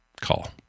call